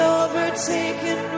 overtaken